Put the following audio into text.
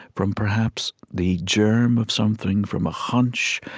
from, perhaps, the germ of something, from a hunch,